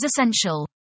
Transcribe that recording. essential